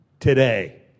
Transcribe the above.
today